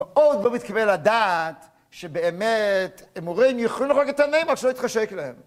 ועוד לא מתקבל על הדעת, שבאמת, אמורים יכולים להרוג את התנאים איך שלא יתחשק להם